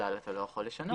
שככלל אתה לא יכול לשנות.